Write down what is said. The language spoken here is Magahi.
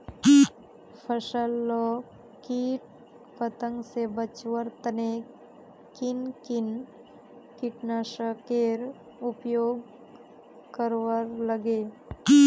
फसल लाक किट पतंग से बचवार तने किन किन कीटनाशकेर उपयोग करवार लगे?